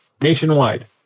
nationwide